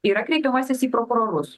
yra kreipimasis į prokurorus